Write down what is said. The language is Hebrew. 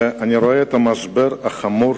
ואני רואה את המשבר החמור